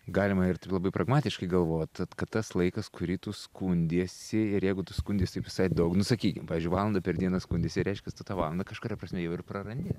galima ir taip labai pragmatiškai galvot vat kad tas laikas kurį tu skundiesi ir jeigu tu skundies taip visai daug nu sakykim pavyzdžiui valandą per dieną skundiesi reiškias tu tą valandą kažkuria prasme jau ir prarandi